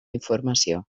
informació